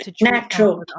Natural